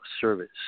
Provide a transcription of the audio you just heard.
service